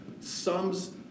sums